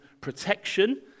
protection